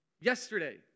Yesterday